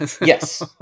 yes